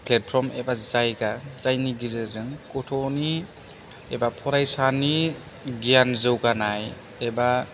platform एबा जायगा जायनि गेजेरजों गथ'नि एबा फरायसानि गियान जौगानाय एबा